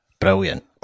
Brilliant